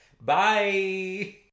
Bye